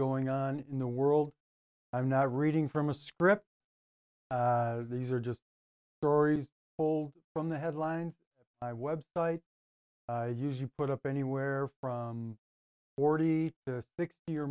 going on in the world i'm not reading from a script these are just borys pulled from the headlines i website usually put up anywhere from forty to sixty or